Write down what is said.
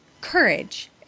courage